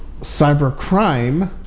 cybercrime